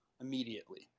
immediately